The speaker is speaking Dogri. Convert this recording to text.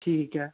ठीक ऐ